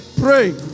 pray